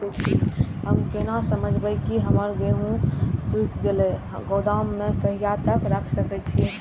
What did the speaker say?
हम केना समझबे की हमर गेहूं सुख गले गोदाम में कहिया तक रख सके छिये?